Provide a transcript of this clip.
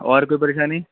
اور کوئی پریشانی